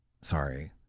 Sorry